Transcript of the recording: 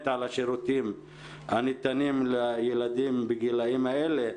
על השירותים הניתנים לילדים בגילאים האלה,